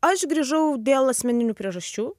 aš grįžau dėl asmeninių priežasčių